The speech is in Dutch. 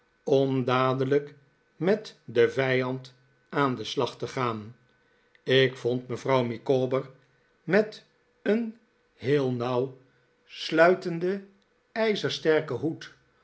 om dadelijk met den vijand aan den slag te gaan ik vond mevrouw micawber met een heel nauw sluitenden ijzersterken hoed